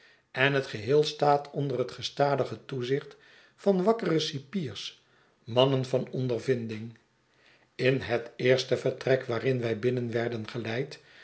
en het geheel staat onder het gestadige toezicht van wakkere cipiers manneh van ondervinding in het eerste vertrek waarin wij binnen werden geleid